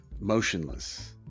motionless